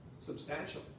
substantial